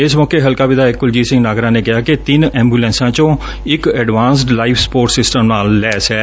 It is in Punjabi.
ਇਸ ਮੌਕੇ ਹਲਕਾ ਵਿਧਾਇਕ ਕੁਲਜੀਤ ਸਿੰਘ ਨਾਗਰਾ ਨੇ ਕਿਹਾ ਕਿ ਤਿੰਨ ਐਬੁਲੈਂਸਾਂ ਚੋ ਇਕ ਐਡਵਾਂਸਡ ਲਾਈਫ਼ ਸਪੋਰਟ ਸਿਸਟਮ ਨਾਲ ਲੈਸ ਐ